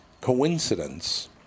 coincidence